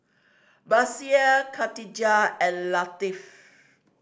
Batrisya Khatijah and Latif